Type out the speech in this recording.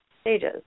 stages